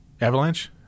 Avalanche